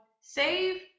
save